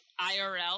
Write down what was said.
IRL